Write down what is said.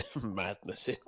madness